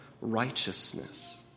righteousness